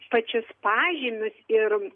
pačius pažymius ir